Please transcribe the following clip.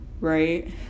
right